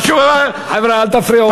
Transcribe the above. חבר'ה, אל תפריעו לו.